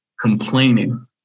complaining